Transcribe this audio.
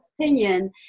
Opinion